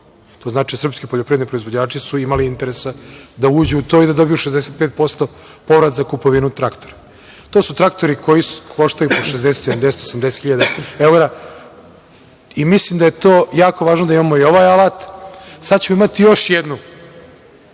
To znači da su srpski poljoprivredni proizvođači imali interesa da uđu u to i da dobiju 65% povrat za kupovinu traktora. To su traktori koji koštaju po 60, 70, 80 hiljada evra. Mislim da je jako važno da imamo i ovaj alat. Sad ćemo imati još jednu